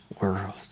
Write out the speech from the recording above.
world